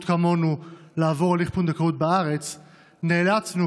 כמונו לעבור הליך פונדקאות בארץ נאלצנו,